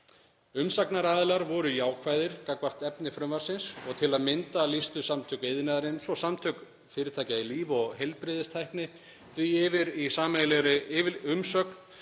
Umsagnaraðilar voru jákvæðir gagnvart efni frumvarpsins og til að mynda lýstu Samtök iðnaðarins og Samtök fyrirtækja í líf- og heilbrigðistækni því yfir í sameiginlegri umsögn